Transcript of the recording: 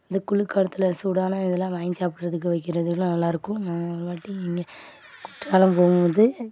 வந்து குளிர்காலத்தில் சூடான இதுலாம் வாங்கி சாப்பிடுறதுக்கு வைக்கிறதுக்கெலாம் நல்லாயிருக்கும் நாங்கள் ஒரு வாட்டி இங்கே குற்றாலம் போகும்போது